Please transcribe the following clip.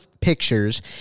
pictures